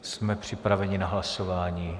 Jsme připraveni na hlasování.